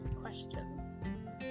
question